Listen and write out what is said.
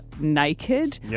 naked